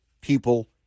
people